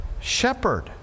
shepherd